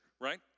right